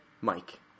Mike